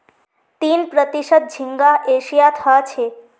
तीस प्रतिशत झींगा एशियात ह छे